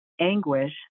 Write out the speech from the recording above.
anguish